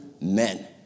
men